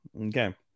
Okay